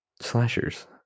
slashers